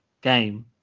game